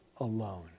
alone